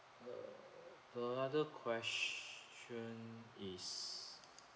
the other question is